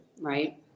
Right